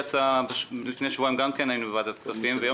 לפני שבועיים גם היינו בוועדת כספים ויום